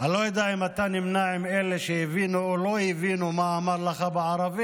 אני לא יודע אם אתה נמנה עם אלה שהבינו או לא הבינו מה אמר לך בערבית,